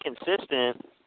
consistent